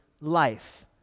life